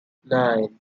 nine